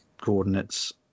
coordinates